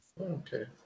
Okay